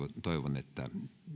toivon että